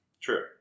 True